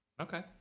Okay